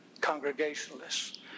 Congregationalists